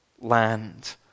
land